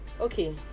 Okay